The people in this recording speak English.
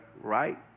right